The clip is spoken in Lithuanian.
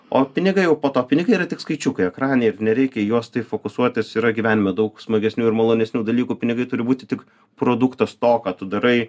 o pinigai jau po to pinigai yra tik skaičiukai ekrane ir nereikia į juos taip fokusuotis yra gyvenime daug smagesnių ir malonesnių dalykų pinigai turi būti tik produktas to ką tu darai